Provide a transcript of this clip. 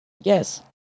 yes